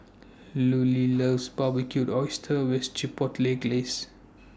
Lulie loves Barbecued Oysters with Chipotle Glaze